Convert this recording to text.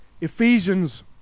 Ephesians